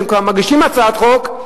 כשכבר מגישים הצעת חוק,